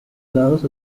lados